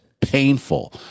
painful